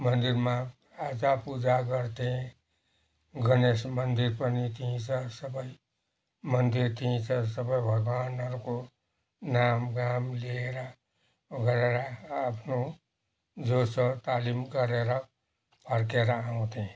मन्दिरमा आजा पूजा गर्थेँ गणेश मन्दिर पनि त्यहीँ छ सबै मन्दिर त्यहीँ छ सबै भगवान्हरूको नाम गाम लिएर आफ्नो जो छ तालिम गरेर फर्केर आउँथेँ